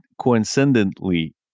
coincidentally